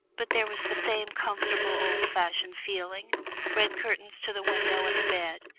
but there was the same comfortable old-fashioned feeling red curtains to the window and the bed,